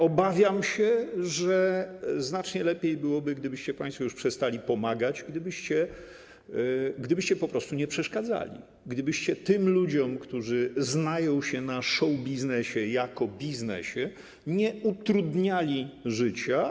Obawiam się, że znacznie lepiej byłoby, gdybyście państwo już przestali pomagać, gdybyście po prostu nie przeszkadzali, gdybyście tym ludziom, którzy znają się na show-biznesie jako biznesie, nie utrudniali życia.